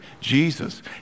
Jesus